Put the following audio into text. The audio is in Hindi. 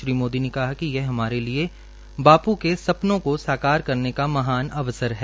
श्री मोदी ने कहा कि यह हमारे लिये बापू के सपनों का साकार करने का महान अवसर है